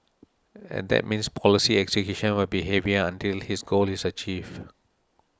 and that means policy execution will be heavier until his goal is achieved